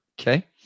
Okay